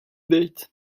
date